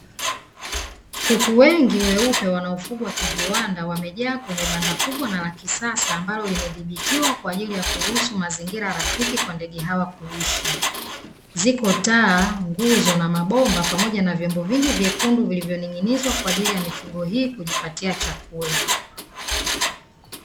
Kuku wengi weupe wanaofugwa kiviwanda wamejaa kwenye banda kubwa na la kisasa ambalo limedhibitiwa kwa ajili ya kuruhusu mazingira rafiki kwa ndege hawa kuishi. Ziko taa, nguzo na mabomba pamoja na vyombo vingi vyekundu vilivyoning'inizwa kwa ajili ya mifugo hii kujipatia chakula.